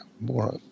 More